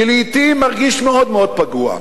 שלעתים מרגיש מאוד מאוד פגוע,